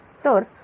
तर 2